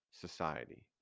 society